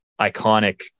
iconic